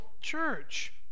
church